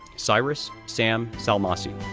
cyrus sam salmassi,